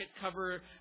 cover